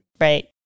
Right